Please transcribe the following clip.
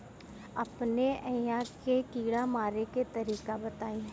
अपने एहिहा के कीड़ा मारे के तरीका बताई?